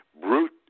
Brute